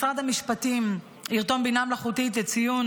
משרד המשפטים ירתום בינה מלאכותית לציון